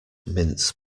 mince